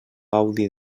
gaudi